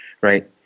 right